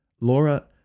Laura